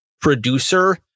producer